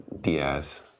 Diaz